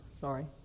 sorry